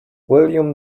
william